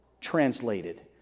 translated